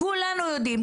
כולנו יודעים,